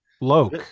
loke